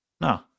No